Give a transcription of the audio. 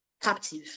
captive